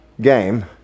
game